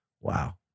wow